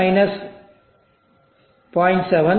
7 14